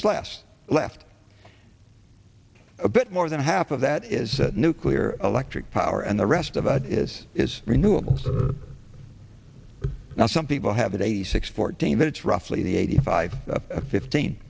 is less left a bit more than half of that is nuclear electric power and the rest of it is is renewables now some people have eighty six fourteen but it's roughly eighty five fifteen